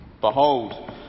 Behold